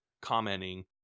commenting